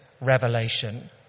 revelation